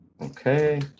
okay